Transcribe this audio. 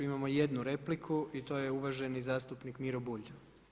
Imamo jednu repliku i to je uvaženi zastupnik Miro Bulj.